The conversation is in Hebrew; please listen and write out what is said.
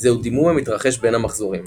זהו דימום המתרחש בין מחזורים.